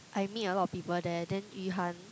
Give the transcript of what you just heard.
I meet a lot of people there then Yu-Han